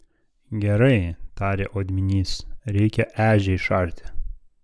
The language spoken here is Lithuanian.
gerai tarė odminys reikia ežią išarti